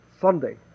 Sunday